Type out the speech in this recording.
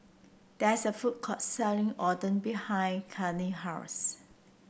there is a food court selling Oden behind Kadyn house